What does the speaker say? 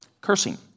Cursing